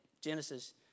Genesis